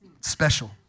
Special